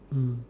mm